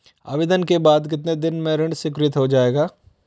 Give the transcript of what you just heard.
आवेदन के बाद कितने दिन में ऋण स्वीकृत हो जाएगा?